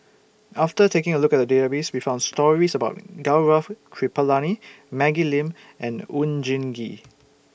after taking A Look At The Database We found stories about Gaurav Kripalani Maggie Lim and Oon Jin Gee